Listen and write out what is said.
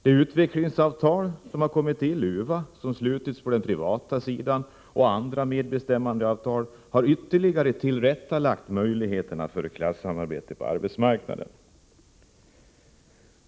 Det utvecklingsavtal — UVA — som slutits på den privata sidan och andra medbestämmandeavtal har ytterligare tillrättalagt möjligheterna för klassamarbete på arbetsmarknaden.